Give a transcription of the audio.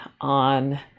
on